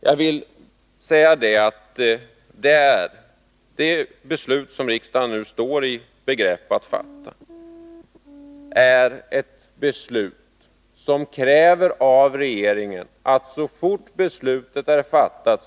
Jag vill svara att det beslut som riksdagen nu står i begrepp att fatta kräver att regeringen sätter i gång så fort beslutet är fattat.